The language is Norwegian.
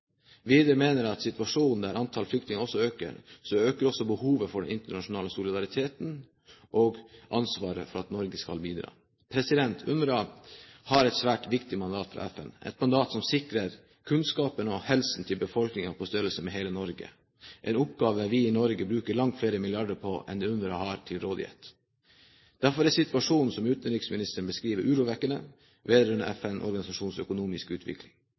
Videre mener jeg at i en situasjon der antallet flyktninger øker, så øker også behovet for den internasjonale solidariteten og Norges ansvar for å bidra. UNRWA har et svært viktig mandat fra FN, et mandat som skal sikre kunnskapen og helsen til en befolkning på størrelse med hele Norges befolkning – en oppgave vi i Norge bruker langt flere milliarder på enn det UNRWA har til rådighet. Derfor er situasjonen som utenriksministeren beskriver, urovekkende vedrørende FN-organisasjonens økonomiske utvikling.